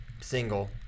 single